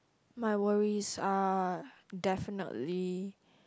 my worries uh definitely